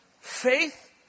Faith